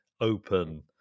open